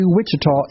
Wichita